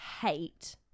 hate